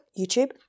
YouTube